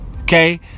Okay